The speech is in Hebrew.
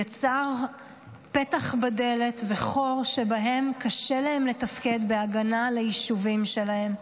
יצר פתח בדלת וחור שבהם קשה להם לתפקד בהגנה על היישובים שלהם.